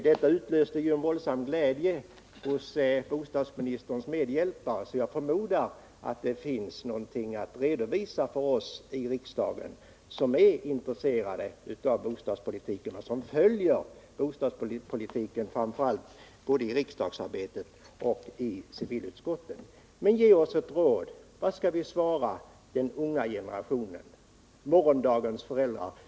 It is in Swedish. Detta förslag utlöste ju en våldsam glädje hos bostadsministerns medhjälpare, så jag förmodar att det finns något att redovisa för oss här i riksdagen som är intresserade av bostadspolitiken och som följer bostadspolitiken både Ge oss ett råd, fru Friggebo, vad vi skall svara den unga generationen, morgondagens föräldrar!